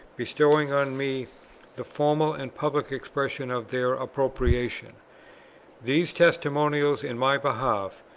bestowing on me the formal and public expression of their approbation. these testimonials in my behalf,